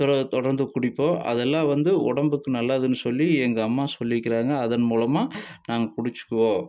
தொர தொடர்ந்து குடிப்போம் அதெல்லாம் வந்து உடம்புக்கு நல்லதுன்னு சொல்லி எங்கள் அம்மா சொல்லிக்கிறாங்க அதன் மூலமாக நாங்கள் குடிச்சிக்குவோம்